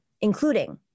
including